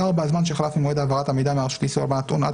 (4)הזמן שחלף ממועד העברת המידע מהרשות לאיסור הלבנת הון עד